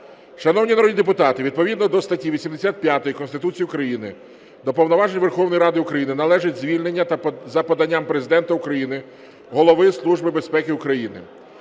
Шановні народні депутати відповідно до статті 85 Конституції України до повноважень Верховної Ради України належить звільнення за поданням Президента України Голови Служби безпеки України.